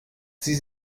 sie